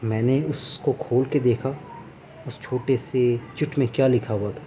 میں نے اس کو کھول کے دیکھا اس چھوٹے سے چٹ میں کیا لکھا ہوا تھا